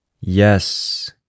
Yes